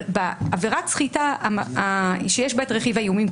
אבל בעבירת הסחיטה שיש בה את רכיב האיומים,